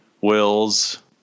Wills